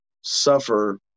suffer